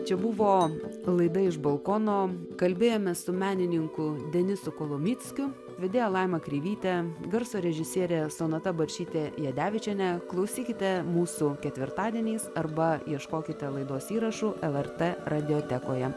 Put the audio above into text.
čia buvo laida iš balkono kalbėjomės su menininku denisu kolomickiu vedėja laima kreivyte garso režisierė sonata balsyte jadevičienė klausykite mūsų ketvirtadieniais arba ieškokite laidos įrašų lrt radiotekoje